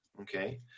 okay